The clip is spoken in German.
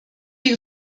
die